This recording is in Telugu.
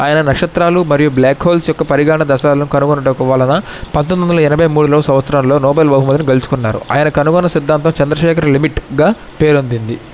ఆయన నక్షత్రాలు మరియు బ్లాక్ హోల్స్ యొక్క పరిగణ దశను కనుగొనుటకు వలన పంతొమ్మిది వందల ఎనభై మూడులో సంవత్సరాల్లో నోబెల్ బహుమతిని గెలుచుకున్నారు ఆయన కనుగొన్న సిద్ధాంతం చంద్రశేఖర్ లిమిట్గా పేరొందింది